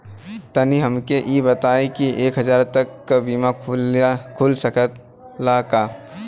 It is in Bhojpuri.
तनि हमके इ बताईं की एक हजार तक क बीमा खुल सकेला का?